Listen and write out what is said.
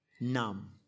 Numb